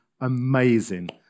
amazing